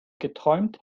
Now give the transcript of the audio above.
geträumt